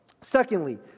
Secondly